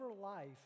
life